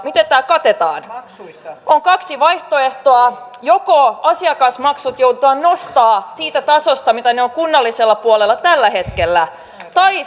miten tämä katetaan on kaksi vaihtoehtoa joko asiakasmaksut joudutaan nostamaan siitä tasosta mitä ne ovat kunnallisella puolella tällä hetkellä tai